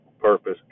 purpose